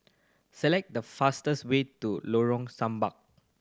select the fastest way to Lorong Samak